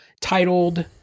titled